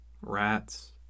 rats